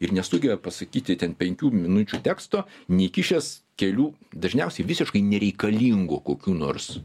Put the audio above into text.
ir nesugebame pasakyti ten penkių minučių teksto neįkišęs kelių dažniausiai visiškai nereikalingų kokių nors